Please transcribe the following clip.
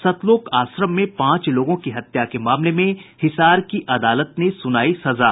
सतलोक आश्रम में पांच लोगों की हत्या के मामले में हिसार की अदालत ने सुनाई सजा